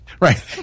Right